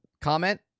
comment